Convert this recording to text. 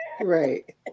right